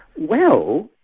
well,